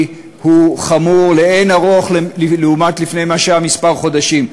חמור לאין ערוך ממה שהיה לפני כמה חודשים.